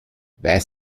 weiß